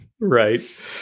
Right